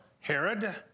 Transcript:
Herod